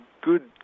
good